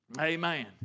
Amen